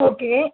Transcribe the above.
okay